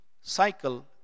cycle